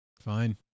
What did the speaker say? Fine